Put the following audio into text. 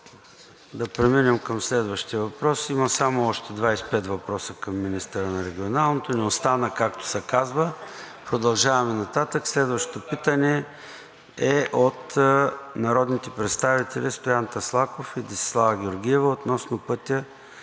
Преминаваме към следващия въпрос. Има само още 25 въпроса към министъра на регионалното развитие и благоустройството. Не остана, както се казва. Продължаваме нататък. Следващото питане е от народните представители Стоян Таслаков и Десислава Георгиева относно пътя